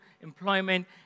employment